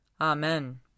Amen